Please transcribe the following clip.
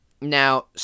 Now